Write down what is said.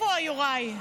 איפה יוראי?